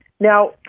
Now